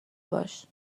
باش